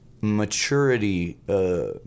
maturity